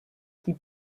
qui